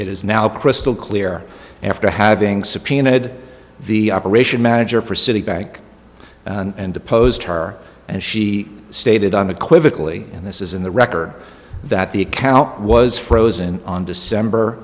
it is now crystal clear after having subpoenaed the operation manager for citibank and deposed her and she stated unequivocally and this is in the record that the account was frozen on december